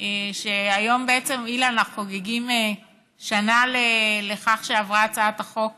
אילן, היום בעצם חוגגים שנה לכך שעברה הצעת החוק